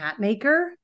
Hatmaker